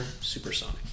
supersonic